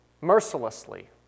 mercilessly